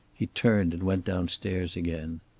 he turned and went downstairs again.